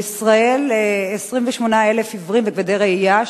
בישראל 28,000 עיוורים וכבדי ראייה,